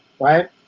right